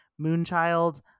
Moonchild